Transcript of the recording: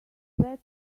better